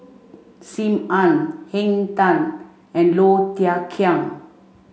Sim Ann Henn Tan and Low Thia Khiang